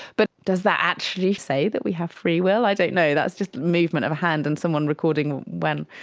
but does that actually say that we have free will? i don't know, that's just movement of a hand and someone recording when,